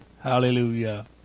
hallelujah